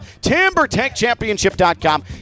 TimberTechChampionship.com